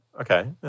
okay